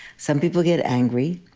some people get angry.